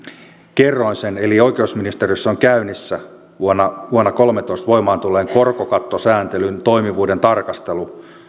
kerroin sen eli oikeusministeriössä on käynnissä vuonna vuonna kolmetoista voimaan tulleen korkokattosääntelyn toimivuuden tarkastelu